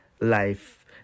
life